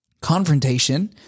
confrontation